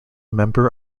member